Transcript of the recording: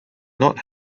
not